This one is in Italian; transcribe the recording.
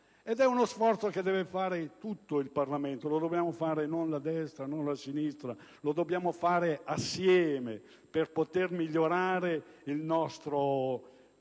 Ed è uno sforzo che deve fare tutto il Parlamento, non la destra o la sinistra, lo dobbiamo fare assieme per poter migliorare il nostro